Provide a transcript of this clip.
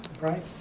right